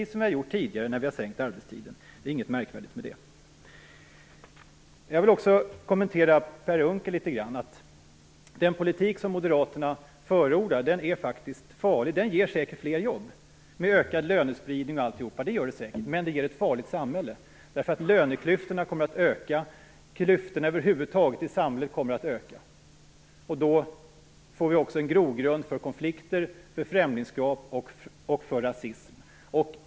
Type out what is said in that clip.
Så har vi ju gjort tidigare när vi har sänkt arbetstiden. Det är ingenting märkvärdigt med det. Jag vill också kommentera det Per Unckel sade litet grand. Den politik som moderaterna förordar är faktiskt farlig. Den ger säkert fler jobb med ökad lönespridning osv., men den ger ett farligt samhälle. Löneklyftorna kommer att öka. Över huvud taget kommer klyftorna i samhället att öka. Då får vi också en grogrund för konflikter, främlingskap och rasism.